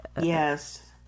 yes